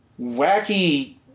wacky